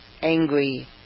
angry